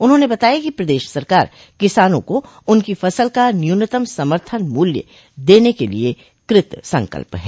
उन्होंने बताया कि प्रदेश सरकार किसानों को उनकी फसल का न्यूनतम समर्थन मूल्य देने के लिये कृत संकल्प है